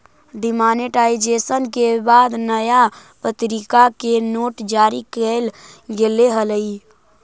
demonetisation के बाद नया प्तरीका के नोट जारी कैल गेले हलइ